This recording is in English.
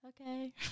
okay